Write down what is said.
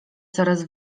coraz